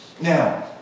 Now